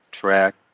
track